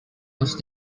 used